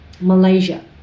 Malaysia